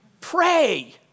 Pray